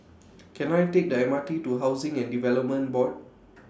Can I Take The M R T to Housing and Development Board